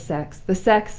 the sex! the sex!